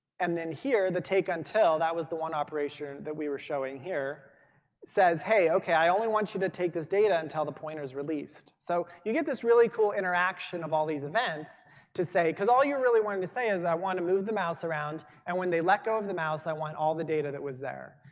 and then here, the take until that was the one operation that we were showing here. it says, hey, okay, i only want you to take this data and tell the pointers released. so you get this really cool interaction of all these events to say, because all you really wanted to say is i want to move the mouse around and when they let go of the mouse, i want all the data that was there.